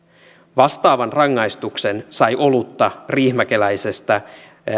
vastaavan rangaistuksen sai olutta riihimäkeläisestä